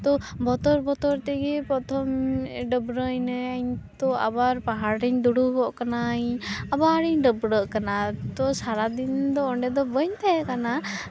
ᱛᱚ ᱵᱚᱛᱚᱨ ᱵᱚᱛᱚᱨ ᱛᱮᱜᱮ ᱯᱨᱚᱛᱷᱚᱢ ᱰᱟᱹᱵᱽᱨᱟᱹᱭᱤᱱᱟᱹᱧ ᱛᱚ ᱟᱵᱟᱨ ᱯᱟᱦᱟᱲᱨᱤᱧ ᱫᱩᱲᱩᱵᱚᱜ ᱠᱟᱱᱟᱭᱤᱧ ᱟᱵᱟᱨ ᱤᱧ ᱰᱟᱹᱵᱽᱨᱟᱹᱜ ᱠᱟᱱᱟ ᱛᱚ ᱥᱟᱨᱟᱫᱤᱱ ᱫᱚ ᱚᱸᱰᱮ ᱫᱚ ᱵᱟᱹᱧ ᱛᱟᱦᱮᱸ ᱠᱟᱱᱟ